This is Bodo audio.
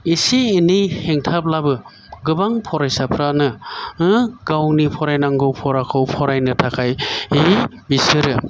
एसे एनै हेंथाब्लाबो गोबां फरायसाफ्रानो गावनि फरायनांगौ फराखौ फरायनो थाखाय बिसोरो